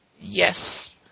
Yes